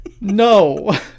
No